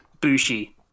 bushi